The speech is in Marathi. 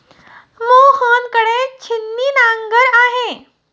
मोहन कडे छिन्नी नांगर आहे